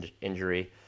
injury